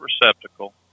receptacle